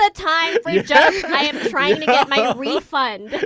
ah time for jokes. i am trying to get my refund!